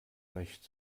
recht